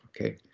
okay